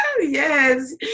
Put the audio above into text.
Yes